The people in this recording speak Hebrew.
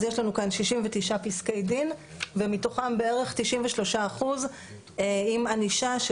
אז יש לנו כאן 69 פסקי דין ומתוכם בערך 93 אחוז עם ענישה של